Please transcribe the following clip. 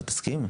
אתה תסכים?